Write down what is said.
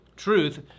truth